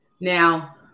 Now